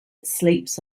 sleeps